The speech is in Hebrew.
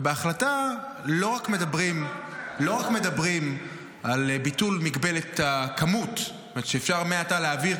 ובהחלטה לא רק מדברים על ביטול מגבלת את הכמות שאפשר מעתה להעביר,